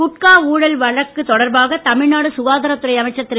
குட்கா ஊழல் வழக்குத் தொடர்பாகஇ தமிழ்நாடு சுகாதாரத்துறை அமைச்சர் திரு